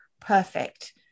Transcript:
perfect